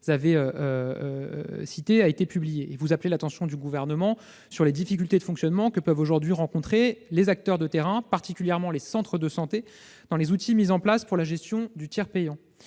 vous avez citée, a été publiée. Vous appelez l'attention du Gouvernement sur les difficultés de fonctionnement que peuvent aujourd'hui rencontrer les acteurs de terrain, particulièrement les centres de santé, s'agissant des outils mis en place pour la gestion du tiers payant.